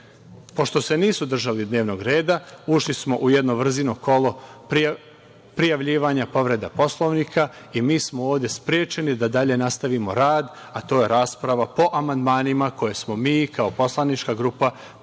Pošto se nisu držali dnevnog reda, ušli smo u jedno vrzino kolo pirjavljivanja povreda Poslovnika i mi smo ovde sprečeni da dalje nastavimo rad, a to je rasprava po amandmanima koje smo mi kao poslanička grupa predali